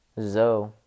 Zoe